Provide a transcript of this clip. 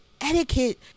etiquette